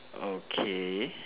okay